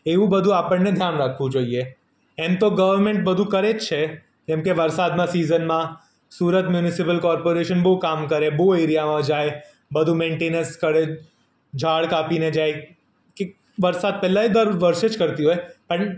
એવું બધું આપણને ધ્યાન રાખવું જોઈએ એમ તો ગવર્મેન્ટ બધું કરે જ છે કેમકે વરસાદનાં સીઝનમાં સુરત મ્યુનિસિપલ કોર્પોરેશન બહુ કામ કરે બહુ એરિયામાં જાય બધું મેન્ટેનન્સ કરે ઝાડ કાપીને જાય કે વરસાદ પહેલાં એ દર વર્ષે જ કરતી હોય પણ